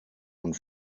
und